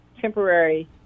temporary